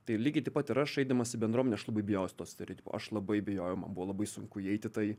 tai lygiai taip pat ir aš eidamas į bendruomenę aš labai bijojau to stereotipo aš labai bijojau man buvo labai sunku įeiti tai